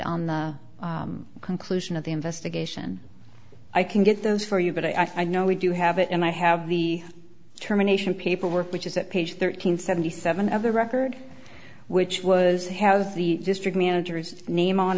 on the conclusion of the investigation i can get those for you but i think no we do have it and i have the determination paperwork which is at page thirteen seventy seven of the record which was has the district managers name on